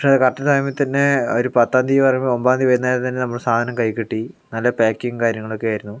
പക്ഷെ കറക്റ്റ് ടൈമിൽ തന്നെ അവർ പത്താന്തി പറഞ്ഞ് ഒൻപതാന്തി നമ്മൾ സാധനം കൈയ്യിൽ കിട്ടി നല്ല പാക്കിങ്ങ് കാര്യങ്ങളൊക്കെ ആയിരുന്നു